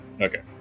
Okay